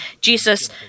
Jesus